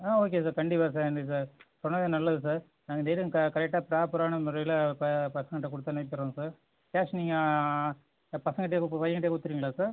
ஆ okay sir கண்டிப்பாக sir கண்டிப்பாக சொன்னதே நல்லது சார் நாங்கள் டெய்லியும் க கரெக்டாக ப்ராப்பரான முறையில் ப பசங்கள்ட்ட கொடுத்து அனுப்பிவிட்றோம் சார் கேஷ் நீங்கள் ஆ பசங்கள்ட்டேயே பையன்கிட்டேயே கொடுத்துருவிங்களா சார்